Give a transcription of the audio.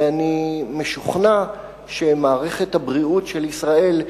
ואני משוכנע שמערכת הבריאות של ישראל,